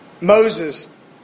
Moses